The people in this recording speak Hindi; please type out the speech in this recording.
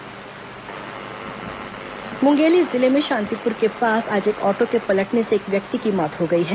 दुर्घटना मुंगेली जिले में शांतिपुर के पास आज एक ऑटो के पलटने से एक व्यक्ति की मौत हो गई है